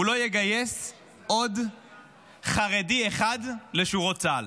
הוא לא יגייס עוד חרדי אחד לשורות צה"ל.